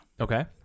Okay